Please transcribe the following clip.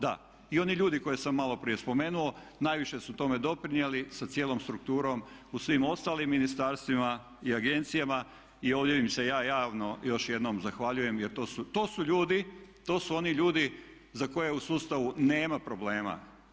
Da, i oni ljudi koje sam maloprije spomenuo najviše su tome doprinijeli sa cijelom strukturom u svim ostalim ministarstvima i agencijama i ovdje im se ja javno još jednom zahvaljujem jer to su ljudi, to su oni ljudi za koje u sustavu nema problema.